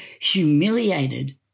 humiliated